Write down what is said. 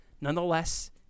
Nonetheless